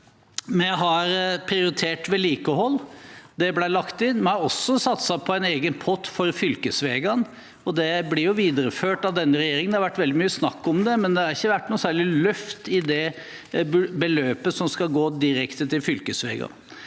Vi har prioritert vedlikehold. Det ble lagt inn. Vi har også satset på en egen pott for fylkesveiene, og det blir videreført av denne regjeringen. Det har vært veldig mye snakk om det, men det har ikke vært noe særlig løft i det beløpet som skal gå direkte til fylkesveier.